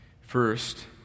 First